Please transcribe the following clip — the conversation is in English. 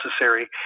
necessary